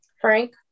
Frank